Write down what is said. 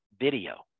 video